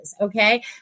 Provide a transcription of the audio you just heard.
okay